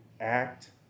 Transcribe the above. act